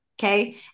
Okay